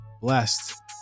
blessed